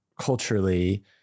culturally